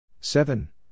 Seven